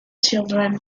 children